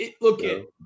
Look